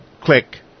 click